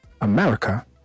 America